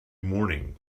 morning